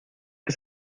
que